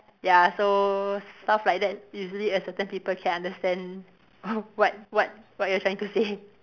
ya so stuff like that usually a certain people can understand what what what you're trying to say